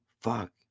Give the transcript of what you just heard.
Fuck